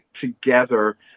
together